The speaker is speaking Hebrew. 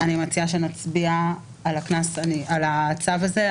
אני מציעה שנצביע על הצו הזה.